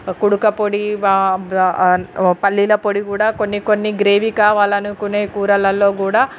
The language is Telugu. కుడుకపొడి వ బ పల్లీలపొడి కూడా కొన్ని కొన్ని గ్రేవీ కావాలనుకునే కూరలలో కూడా